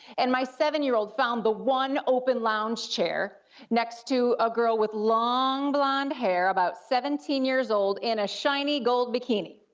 and my seven year old found the one open lounge chair next to a girl with long blonde hair, about seventeen years old, in a shiny gold bikini.